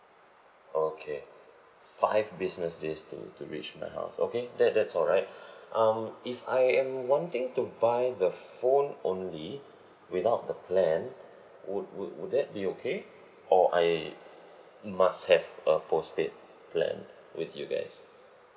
okay five business days to to reach my house okay that that's alright um if I am wanting to buy the phone only without the plan would would would that be okay or I must have a postpaid plan with you guys